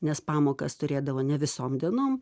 nes pamokas turėdavo ne visom dienom